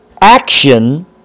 action